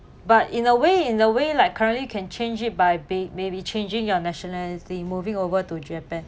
but in a way in a way like currently you can change it by may~ maybe changing your nationality moving over to japan